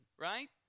right